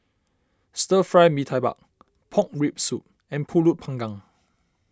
Stir Fry Mee Tai Mak Pork Rib Soup and Pulut Panggang